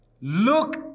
look